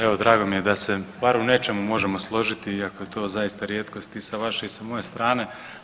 Evo drago mi je da se bar u nečemu možemo složiti iako je to zaista rijetkost i sa vaše i sa moje strane.